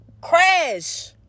crash